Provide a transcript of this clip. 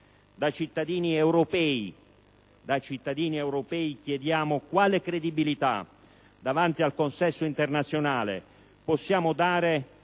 Da cittadini europei chiediamo quale credibilità, davanti al consesso internazionale, possiamo dare